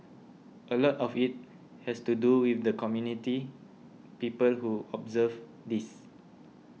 a lot of it has to do with the community people who observe this